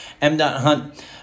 M.Hunt